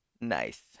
Nice